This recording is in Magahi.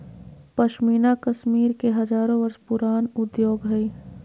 पश्मीना कश्मीर के हजारो वर्ष पुराण उद्योग हइ